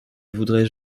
voudrais